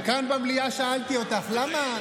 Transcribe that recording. וכאן במליאה שאלתי אותך למה.